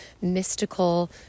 mystical